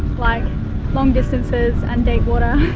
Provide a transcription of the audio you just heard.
like long distances and deep water.